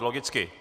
Logicky.